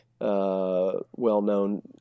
well-known